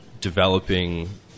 developing